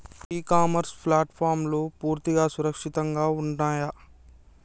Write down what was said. ఇ commerce ప్లాట్ఫారమ్లు పూర్తిగా సురక్షితంగా ఉన్నయా?